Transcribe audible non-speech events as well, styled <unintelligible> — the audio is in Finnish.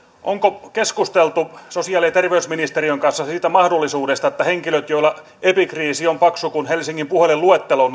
onko keskusteltu sosiaali ja terveysministeriön kanssa siitä mahdollisuudesta että henkilöillä joilla epikriisi on paksu kuin helsingin puhelinluettelo <unintelligible>